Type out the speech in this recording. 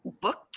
booked